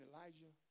Elijah